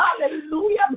Hallelujah